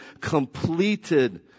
completed